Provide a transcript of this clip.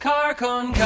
Carcon